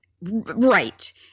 Right